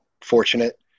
fortunate